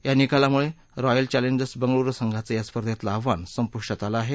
या निकालामुळे royal challengers Bengaluru संघांच या स्पर्धेतलं आव्हान संपुष्टात आलं आहे